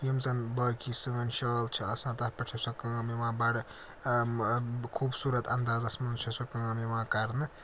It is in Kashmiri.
یِم زَن باقی سٲنۍ شال چھِ آسان تَتھ پٮ۪ٹھ چھِ سۄ کٲم یِوان بَڑٕ خوٗبصوٗرت اَندازَس منٛز چھےٚ سۄ کٲم یِوان کَرنہٕ